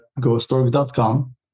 ghostorg.com